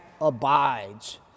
abides